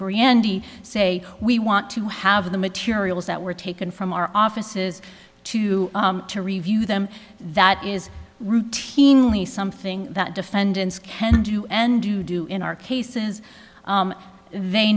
brandy say we want to have the materials that were taken from our offices to to review them that is routinely something that defendants can do n do do in our cases they